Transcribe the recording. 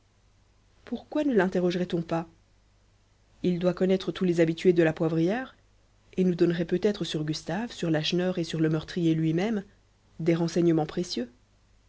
pourquoi ne linterrogerait on pas il doit connaître tous les habitués de la poivrière et nous donnerait peut-être sur gustave sur lacheneur et sur le meurtrier lui-même des renseignements précieux